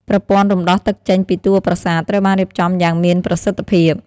ប្រព័ន្ធរំដោះទឹកចេញពីតួប្រាសាទ ត្រូវបានរៀបចំយ៉ាងមានប្រសិទ្ធភាព។